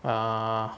uh